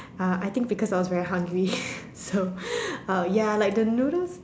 uh I think because I was very hungry so ya the noodles